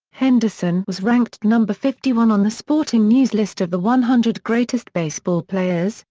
henderson was ranked number fifty one on the sporting news' list of the one hundred greatest baseball players,